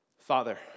Father